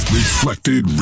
reflected